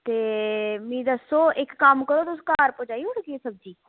ते मि दस्सो इक कम्म करो तुस घर भजाई उड़गो सब्जी